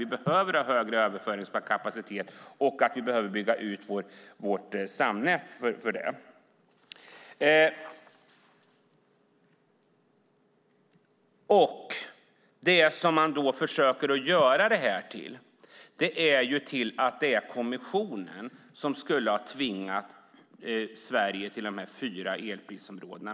Vi behöver ha högre överföringskapacitet, och vi behöver bygga ut vårt stamnät för det. Man försöker få det att framstå som att det är kommissionen som skulle ha tvingat Sverige till dessa fyra elprisområden.